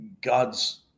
God's